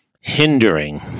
hindering